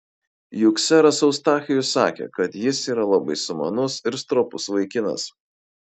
juk seras eustachijus sakė kad jis yra labai sumanus ir stropus vaikinas